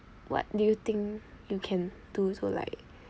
what do you think you can do to like